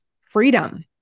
freedom